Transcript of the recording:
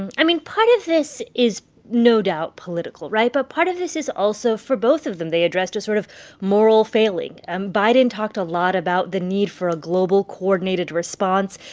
and i mean, part of this is no doubt political, right? but part of this is also for both of them, they addressed a sort of moral failing. and biden talked a lot about the need for a global, coordinated response.